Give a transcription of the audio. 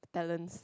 talents